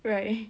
right